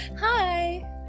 Hi